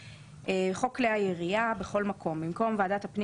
לעידודבמקום "הכלכלה" יבוא "הפנים